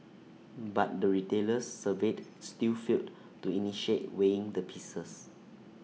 but the retailers surveyed still failed to initiate weighing the pieces